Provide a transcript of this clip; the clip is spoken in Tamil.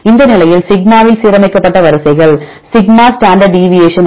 இந்த நிலையில் சிக்மாவில் சீரமைக்கப்பட்ட வரிசைகள் சிக்மா ஸ்டாண்டர்ட் டிவியசன் என்ன